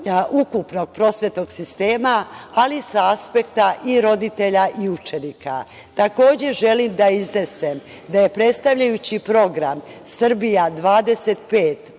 ukupnog prosvetnog sistema, ali i sa aspekta i roditelja i učenika. Takođe, želim da iznesem da je predstavljajući program „Srbija